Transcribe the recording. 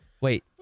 Wait